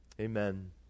Amen